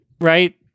right